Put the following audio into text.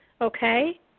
okay